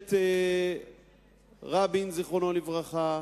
ממשלת רבין, זיכרונו לברכה,